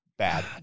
Bad